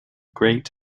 great